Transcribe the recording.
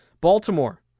Baltimore